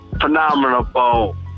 phenomenal